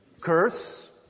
Curse